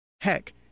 Heck